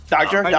Doctor